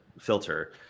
filter